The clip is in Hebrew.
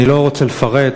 אני לא רוצה לפרט,